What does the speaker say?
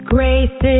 Grace